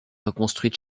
reconstruite